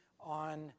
on